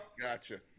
Gotcha